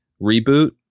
reboot